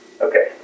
Okay